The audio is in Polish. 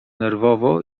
nerwowo